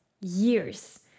years